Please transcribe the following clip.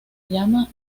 llama